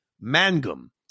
Mangum